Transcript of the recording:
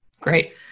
Great